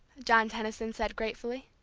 john tenison said gratefully.